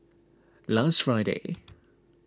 last Friday